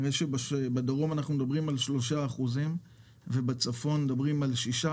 בדרום מדובר על 3%, בצפון 6%,